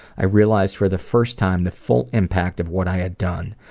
i realized for the first time the full impact of what i had done,